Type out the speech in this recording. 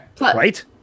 Right